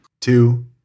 two